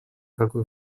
какую